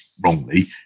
wrongly